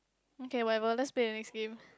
okay whatever let's play the next game